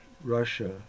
Russia